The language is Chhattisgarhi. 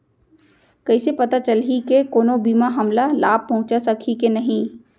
कइसे पता चलही के कोनो बीमा हमला लाभ पहूँचा सकही के नही